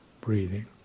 breathing